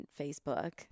Facebook